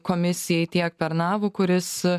komisijai tiek pernavui kuris